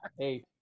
Eight